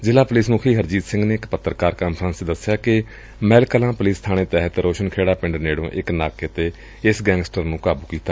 ਜ਼ਿਲਾ ਪੁਲਿਸ ਮੁਖੀ ਹਰਜੀਤ ਸਿੰਘ ਨੇ ਇਕ ਪੱਤਰਕਾਰ ਕਾਨਫਰੰਸ ਚ ਦਸਿਆ ਕਿ ਮਹਿਲ ਕਲਾਂ ਪੁਲਿਸ ਬਾਣੇ ਤਹਿਤ ਰੋਸ਼ਨ ਖੇੜਾ ਪਿੰਡ ਨੇੜਿਓਂ ਇਕ ਨਾਕੇ ਤੇ ਇਸ ਗੈਂਗਸਟਰ ਨੂੰ ਕਾਬੁ ਕੀਤਾ